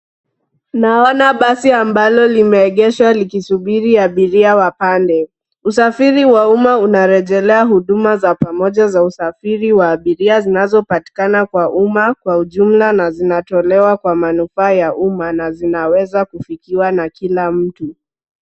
Naona basi ambalo limeegeshwa likisubiri abiria wapande. Usafari wa umma unarejelea huduma za pamoja za usafiri wa abiria zinazopatikana kwa umma kwa ujumla na zinatolewa kwa manufaa ya umma na zinaweza kufukiwa na kila mtu.